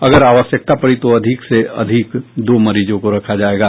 अगर आवश्यकता पड़ी तो अधिक से अधिक दो मरीजों को रखा जायेगा